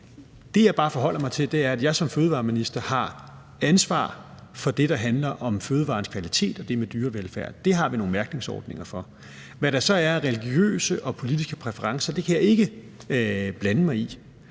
som jeg bare forholder mig til, er, at jeg som fødevareminister har ansvar for det, der handler om fødevarens kvalitet og det med dyrevelfærden, og det har vi nogle mærkningsordninger for. Hvad der så er af religiøse og politiske præferencer, kan jeg ikke blande mig i.